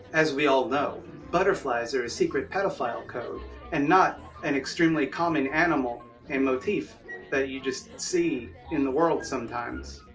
as we all know butterflies are a secret pedophile code, and not an extremely common animal and motive that you just see in the world sometimes.